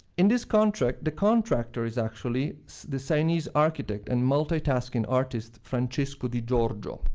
in this contract, the contractor is actually the sienese architect and multitasking artist francesco di giorgio,